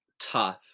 tough